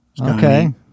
okay